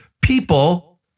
People